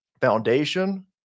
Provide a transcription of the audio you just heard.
foundation